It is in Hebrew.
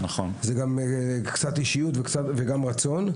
זה גם תלוי אישיות ורצון,